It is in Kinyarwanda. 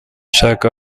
shaka